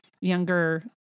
younger